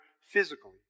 physically